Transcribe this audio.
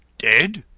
dead?